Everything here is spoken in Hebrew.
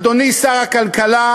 אדוני שר הכלכלה,